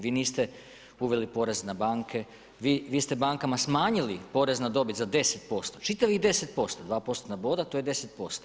Vi niste uveli porez na banke, vi ste bankama smanjili porez na dobit za 10%, čitavih 10%, 2 postotna boda to je 10%